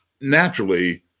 naturally